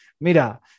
mira